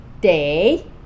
Day